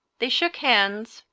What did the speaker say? they shook hands,